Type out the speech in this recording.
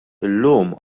illum